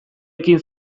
ekin